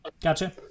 Gotcha